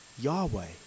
Yahweh